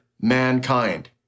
mankind